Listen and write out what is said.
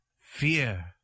fear